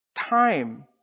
Time